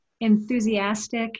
enthusiastic